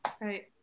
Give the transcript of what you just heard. Right